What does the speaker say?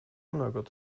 något